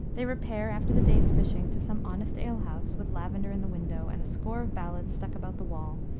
they repair, after the day's fishing, to some honest ale-house, with lavender in the window, and a score of ballads stuck about the wall,